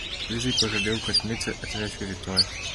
ilzei pažadėjau kad micę atvešiu rytoj